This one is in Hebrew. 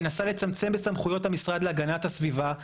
מנסה לצמצם בסמכויות המשרד להגנת הסביבה,